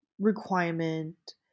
requirement